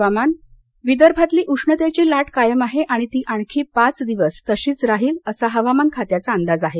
हवामान् विदर्भातली उष्णतेची लाट कायम आहे आणि ती आणखी पाच दिवश तशीच राहील असा हवामान खात्याचा अंदाज आहे